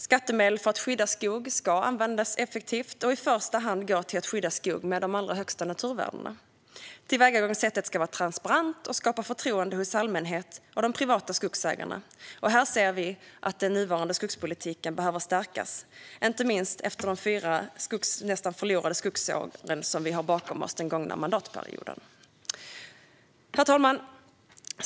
Skattemedel för att skydda skog ska användas effektivt och i första hand gå till att skydda skog med de allra högsta naturvärdena. Tillvägagångssättet ska vara transparent och skapa förtroende hos allmänheten och de privata skogsägarna, och här ser vi att den nuvarande skogspolitiken behöver stärkas, inte minst efter de fyra nästan förlorade skogsår vi har bakom oss efter den gångna mandatperioden. Herr talman!